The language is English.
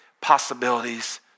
possibilities